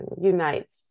unites